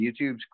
youtube's